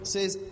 says